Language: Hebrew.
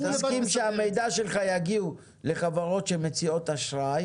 אתה תסכים שהמידע שלך יגיע לחברות שמציעות אשראי